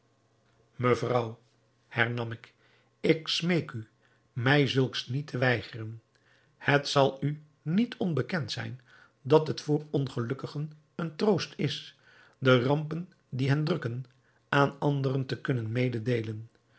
mevrouw hernam ik ik smeek u mij zulks niet te weigeren het zal u niet onbekend zijn dat het voor ongelukkigen een troost is de rampen die hen drukken aan anderen te kunnen mededeelen